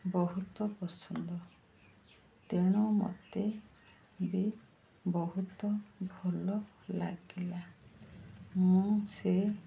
ବହୁତ ପସନ୍ଦ ତେଣୁ ମୋତେ ବି ବହୁତ ଭଲ ଲାଗିଲା ମୁଁ ସେ